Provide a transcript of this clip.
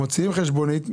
מוציאים חשבונית,